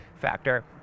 factor